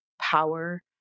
power